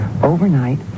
Overnight